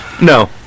No